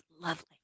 lovely